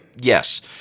Yes